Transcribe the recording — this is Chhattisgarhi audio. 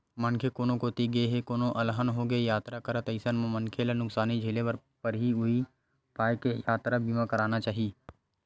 मनखे कोनो कोती गे हे कोनो अलहन होगे यातरा करत अइसन म मनखे ल नुकसानी झेले बर परथे उहीं पाय के यातरा बीमा रखना चाही